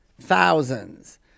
Thousands